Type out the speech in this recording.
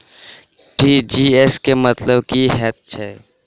TGS केँ मतलब की हएत छै?